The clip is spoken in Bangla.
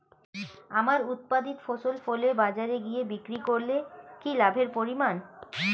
আমার উৎপাদিত ফসল ফলে বাজারে গিয়ে বিক্রি করলে কি লাভের পরিমাণ?